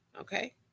okay